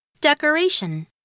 Decoration